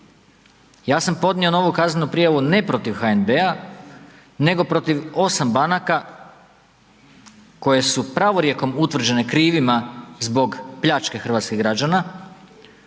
Ja sam podnio novu kaznenu prijavu, ne protiv HNB-a, nego protiv osam banaka koje su pravorijekom utvrđene krivima zbog pljačke hrvatskih građana,